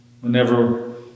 Whenever